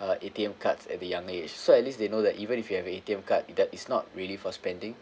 uh A_T_M cards at a young age so at least they know that even if you have a A_T_M card that is not really for spending